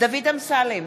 דוד אמסלם,